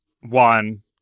one